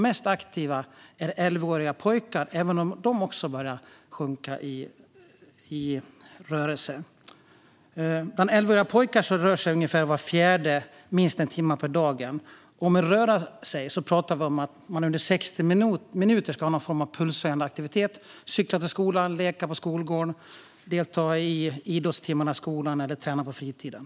Mest aktiva är elvaåriga pojkar, även om siffrorna börjar sjunka också där. Ungefär var fjärde elvaårig pojke rör sig minst en timme om dagen. Med "röra sig" avses minst 60 minuters pulshöjande aktivitet, såsom att cykla till skolan, leka på skolgården, delta i skolans idrottstimmar eller träna på fritiden.